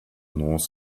north